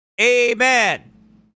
Amen